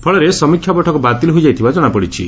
ଫଳରେ ସମୀକ୍ଷା ବୈଠକ ବାତିଲ ହୋଇଯାଇଥିବା ଜଶାପଡ଼ିଛି